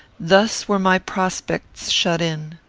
thus were my prospects shut in.